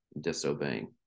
disobeying